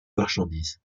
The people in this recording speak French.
marchandise